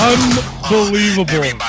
Unbelievable